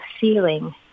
feeling